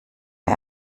der